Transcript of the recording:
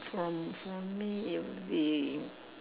from from me it would be